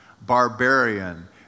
barbarian